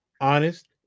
honest